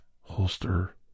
Holster